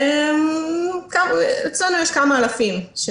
אצלנו יש כמה אלפים.